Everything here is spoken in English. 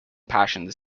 passions